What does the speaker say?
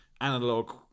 analog